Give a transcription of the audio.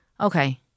okay